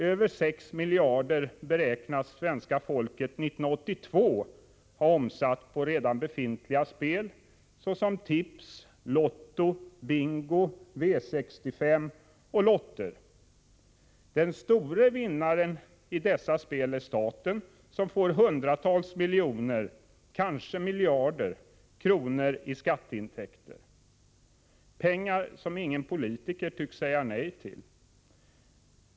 Svenska folket beräknas 1982 ha omsatt över 6 miljarder kronor på redan befintliga spel såsom tips, lotto, bingo, V65 och lotter. Den stora vinnaren i dessa spel är staten, som får hundratals miljoner, kanske miljarder kronor i skatteintäkter — pengar som ingen politiker tycks säga nej till.